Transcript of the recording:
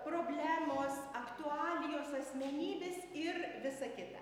problemos aktualijos asmenybės ir visa kita